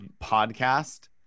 podcast